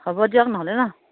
হ'ব দিয়ক নহ'লে ন